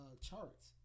charts